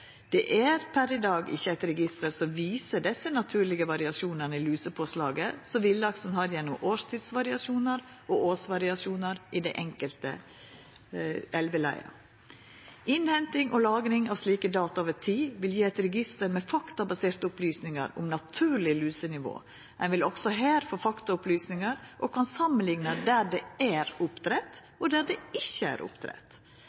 Det er per i dag ikkje eit register som viser dei naturlege variasjonane i lusepåslaget som villaksen har gjennom årstidsvariasjonar og årsvariasjonar i det enkelte elveleiet. Innhenting og lagring av slike data over tid vil gje eit register med faktabaserte opplysningar om naturleg lusenivå. Ein vil også her få faktaopplysningar og kan samanlikna der det er oppdrett, og der det ikkje er oppdrett.